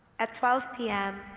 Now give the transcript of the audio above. at twelve pm.